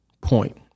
point